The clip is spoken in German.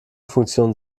funktion